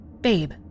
Babe